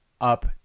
up